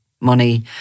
money